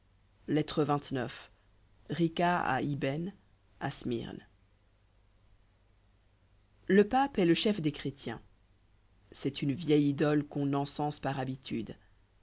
ibben à smyrne l e pape est le chef des chrétiens c'est une vieille idole qu'on encense par habitude